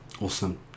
awesome